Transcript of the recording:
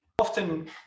Often